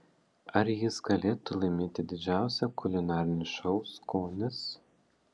ar jis galėtų laimėti didžiausią kulinarinį šou skonis